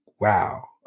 wow